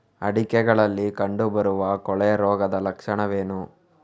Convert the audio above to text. ಅಡಿಕೆಗಳಲ್ಲಿ ಕಂಡುಬರುವ ಕೊಳೆ ರೋಗದ ಲಕ್ಷಣವೇನು?